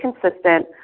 consistent